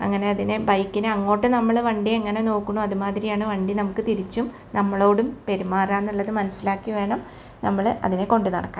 അങ്ങനെ അതിനെ ബൈക്കിനെ അങ്ങോട്ട് നമ്മള് വണ്ടി എങ്ങനെ നോക്കുന്നോ അത് മാതിരിയാണ് വണ്ടി നമുക്ക് തിരിച്ചും നമ്മളോടും പെരുമാറുക എന്നുള്ളത് മനസ്സിലാക്കി വേണം നമ്മള് അതിനേ കൊണ്ടു നടക്കാൻ